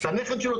את הנכד שלו,